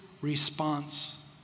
response